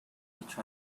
each